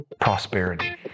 prosperity